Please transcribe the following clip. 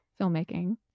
filmmaking